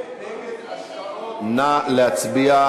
מיקי רוזנטל,